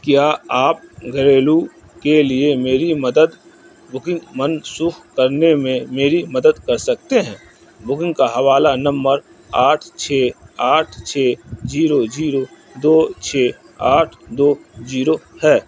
کیا آپ گھریلو کے لیے میری مدد بکنگ منسوخ کرنے میں میری مدد کر سکتے ہیں بکنگ کا حوالہ نمبر آٹھ چھے آٹھ چھے زیرو زیرو دو چھے آٹھ دو زیرو ہے